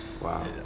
wow